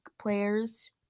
players